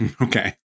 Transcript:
Okay